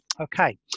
okay